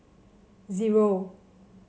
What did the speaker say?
zero